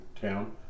town